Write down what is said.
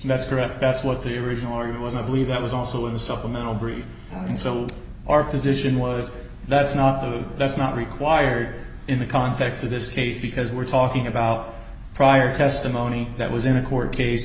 that's correct that's what the original order was i believe that was also in the supplemental brief and so our position was that's not that's not required in the context of this case because we're talking about prior testimony that was in a court case